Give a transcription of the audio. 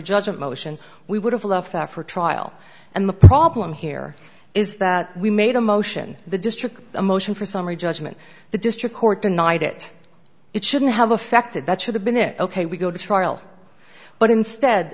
judgment motion we would have left after trial and the problem here is that we made a motion the district a motion for summary judgment the district court denied it it shouldn't have affected that should have been ok we go to trial but instead